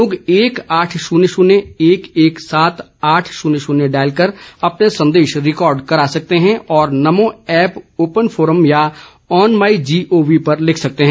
लोग एक आठ शून्य शून्य एक एक सात आठ शून्य शून्य डायल कर अपने संदेश रिकार्ड करा सकते हैं और नमो ऐप ओपन फोरम या ऑन माइ जीओवी पर लिख सकते हैं